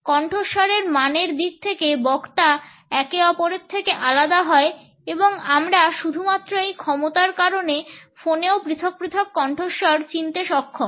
কণ্ঠস্বরের মানের দিক থেকে বক্তা একে অপরের থেকে আলাদা হয় এবং আমরা শুধুমাত্র এই ক্ষমতার কারণে ফোনেও পৃথক কণ্ঠস্বর চিনতে সক্ষম